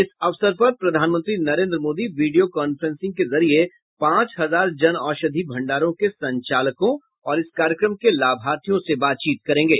इस अवसर पर प्रधानमंत्री नरेन्द्र मोदी वीडियो कांफ्रेंसिंग के जरिये पांच हजार जन औषधि भण्डारों के संचालकों और इस कार्यक्रम के लाभार्थियों से बातचीत करेंगे